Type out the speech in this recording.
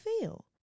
feel